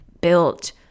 built